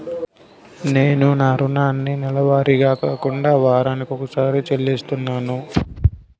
నేను నా రుణాన్ని నెలవారీగా కాకుండా వారానికోసారి చెల్లిస్తున్నాను